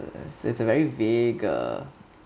and it's a very vague uh